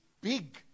big